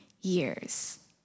years